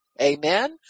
Amen